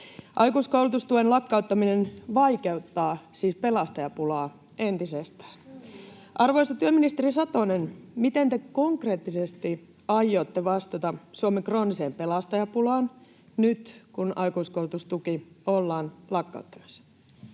Aikuiskoulutustuen lakkauttaminen vaikeuttaa siis pelastajapulaa entisestään. Arvoisa työministeri Satonen, miten te konkreettisesti aiotte vastata Suomen krooniseen pelastajapulaan nyt, kun aikuiskoulutustuki ollaan lakkauttamassa?